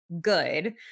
good